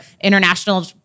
international